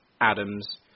Adams